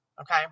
okay